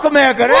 America